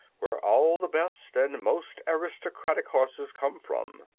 where all the best and most aristocratic horses come from.